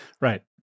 Right